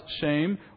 shame